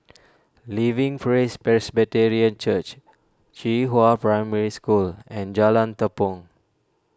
Living Praise Presbyterian Church Qihua Primary School and Jalan Tepong